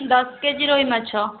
ଦଶ କେଜି ରୋହି ମାଛ